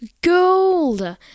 Gold